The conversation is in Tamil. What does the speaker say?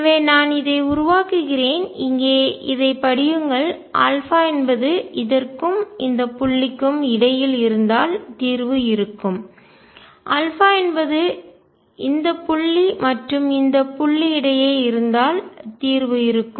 எனவே நான் இதை உருவாக்குகிறேன்இங்கே இதை படியுங்கள் என்பது இதற்கும் இந்த புள்ளிக்கும் இடையில் இருந்தால் தீர்வு இருக்கும் என்பது இந்த புள்ளி மற்றும் இந்த புள்ளி இடையே இருந்தால் தீர்வு இருக்கும்